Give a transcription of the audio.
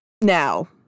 now